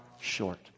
short